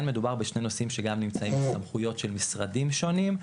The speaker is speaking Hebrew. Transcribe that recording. מדובר בשני נושאים שגם נמצאים בסמכויות של משרדים שונים,